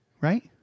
right